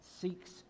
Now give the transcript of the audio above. seeks